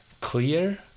clear